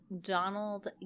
Donald